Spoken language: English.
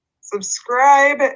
subscribe